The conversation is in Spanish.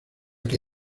que